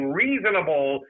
reasonable